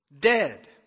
Dead